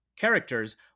characters